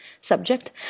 subject